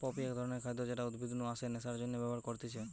poppy এক ধরণের খাদ্য যেটা উদ্ভিদ নু আসে নেশার জন্যে ব্যবহার করতিছে